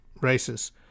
races